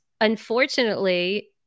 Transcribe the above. unfortunately